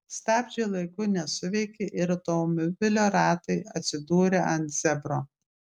stabdžiai laiku nesuveikė ir automobilio ratai atsidūrė ant zebro